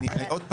עוד פעם,